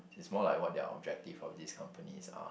it's more like what their objective of these companies are